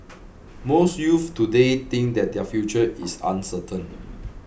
most youths today think that their future is uncertain